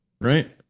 right